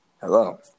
Hello